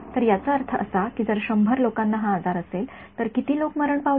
तर याचा अर्थ असा की जर १00 लोकांना हा आजार झाला तर किती लोक मरण पावले